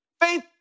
Faith